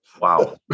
wow